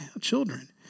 children